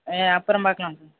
அப்புறம் பார்க்கலாம் மேம்